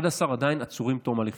11 עדיין עצורים עד תום ההליכים.